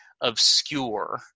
obscure